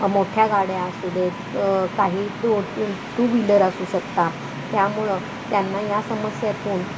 मोठ्या गाड्या असू देत काही टू टू टू व्हीलर असू शकता त्यामुळं त्यांना या समस्यातून